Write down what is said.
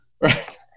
Right